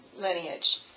lineage